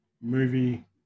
movie